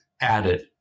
added